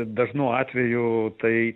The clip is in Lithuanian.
dažnu atveju tai